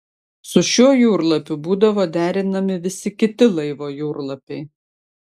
su šiuo jūrlapiu būdavo derinami visi kiti laivo jūrlapiai